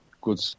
good